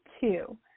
two